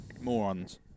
Morons